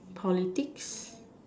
politics